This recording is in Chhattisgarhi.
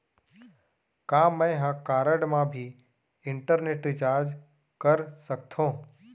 का मैं ह कारड मा भी इंटरनेट रिचार्ज कर सकथो